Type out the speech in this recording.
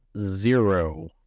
zero